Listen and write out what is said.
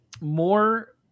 more